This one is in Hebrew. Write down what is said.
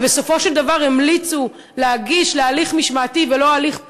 ובסופו של דבר המליצו להגיש להליך משמעתי ולא הליך פלילי,